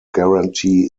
guarantee